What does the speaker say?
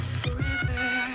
forever